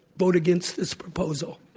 vote against this proposal.